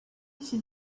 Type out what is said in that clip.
iki